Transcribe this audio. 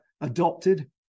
adopted